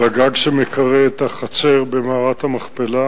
בגג שמקרה את החצר במערת המכפלה.